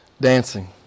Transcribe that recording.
dancing